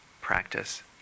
practice